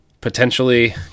potentially